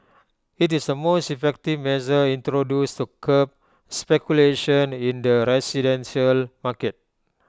IT is the most effective measure introduced to curb speculation in the residential market